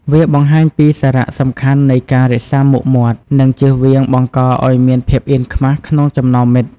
វាបង្ហាញពីសារៈសំខាន់នៃការរក្សាមុខមាត់ និងជៀសវាងបង្កឱ្យមានភាពអៀនខ្មាសក្នុងចំណោមមិត្ត។